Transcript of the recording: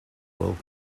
welcome